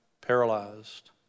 paralyzed